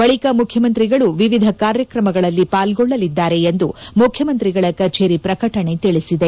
ಬಳಿಕ ಮುಖ್ಯಮಂತ್ರಿಗಳು ವಿವಿಧ ಕಾರ್ಯಕ್ರಮಗಳಲ್ಲಿ ಪಾಲ್ಗೊಳ್ಳಲಿದ್ದಾರೆ ಎಂದು ಮುಖ್ಯಮಂತ್ರಿಗಳ ಕಚೇರಿ ಪ್ರಕಟಣೆ ತಿಳಿಸಿದೆ